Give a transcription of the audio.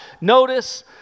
Notice